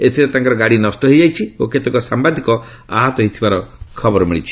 ଏଥିରେ ତାଙ୍କର ଗାଡ଼ି ନଷ୍ଟ ହୋଇଯାଇଛି ଓ କେତେକ ସାମ୍ଘାଦିକ ଆହତ ହୋଇଥିବାର ଖବର ମିଳିଛି